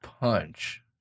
punch